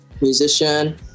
musician